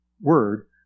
word